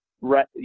right